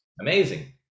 amazing